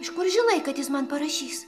iš kur žinai kad jis man parašys